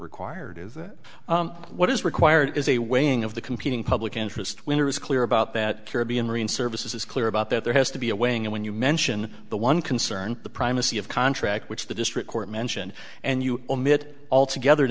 required is that what is required is a weighing of the competing public interest when it was clear about that caribbean marine service is clear about that there has to be a weighing in when you mention the one concern the primacy of contract which the district court mentioned and you omit altogether